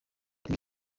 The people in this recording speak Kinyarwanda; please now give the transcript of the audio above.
king